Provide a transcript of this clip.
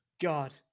god